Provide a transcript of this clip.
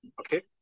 Okay